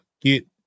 get